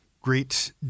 great